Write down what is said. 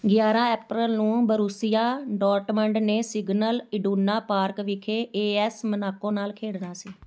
ਗਿਆਰਾਂ ਐਪ੍ਰਲ ਨੂੰ Borussia Dortmund ਨੇ ਸਿਗਨਲ ਇਡੁਨਾ ਪਾਰਕ ਵਿਖੇ ਏ ਐਸ ਮੋਨਾਕੋ ਨਾਲ ਖੇਡਣਾ ਸੀ